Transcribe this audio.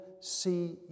see